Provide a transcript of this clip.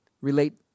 relate